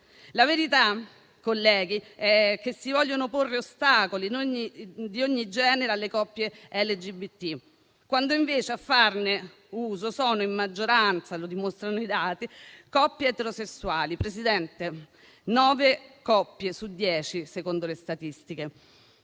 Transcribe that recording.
La verità, colleghi, è che si vogliono porre ostacoli di ogni genere alle coppie LGBT, quando invece a farne uso sono in maggioranza - lo dimostrano i dati - coppie eterosessuali, Presidente: nove coppie su dieci, secondo le statistiche.